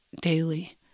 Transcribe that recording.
daily